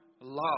love